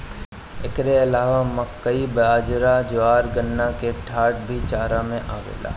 एकरी अलावा मकई, बजरा, ज्वार, गन्ना के डाठ भी चारा में आवेला